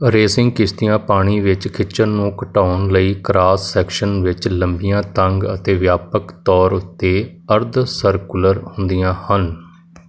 racing ਕਿਸ਼ਤੀਆਂ ਪਾਣੀ ਵਿੱਚ ਖਿੱਚਣ ਨੂੰ ਘਟਾਉਣ ਲਈ ਕਰਾਸ ਸੈਕਸ਼ਨ ਵਿੱਚ ਲੰਬੀਆਂ ਤੰਗ ਅਤੇ ਵਿਆਪਕ ਤੌਰ ਉੱਤੇ ਅਰਧ ਸਰਕੂਲਰ ਹੁੰਦੀਆਂ ਹਨ